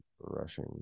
rushing